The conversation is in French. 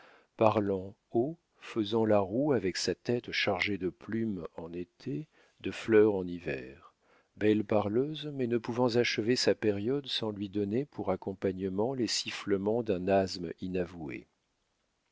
parlant haut faisant la roue avec sa tête chargée de plumes en été de fleurs en hiver belle parleuse mais ne pouvant achever sa période sans lui donner pour accompagnement les sifflements d'un asthme inavoué